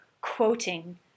quoting